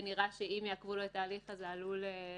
ונראה שאם יעכבו לו את ההליך זה עלול להביא